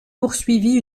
poursuivi